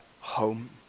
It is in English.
home